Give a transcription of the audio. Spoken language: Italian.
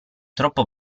troppo